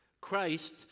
Christ